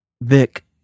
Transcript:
Vic